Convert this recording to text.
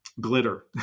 glitter